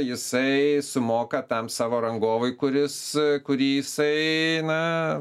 jisai sumoka tam savo rangovui kuris kurį jisai na